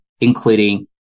including